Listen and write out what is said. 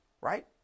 Right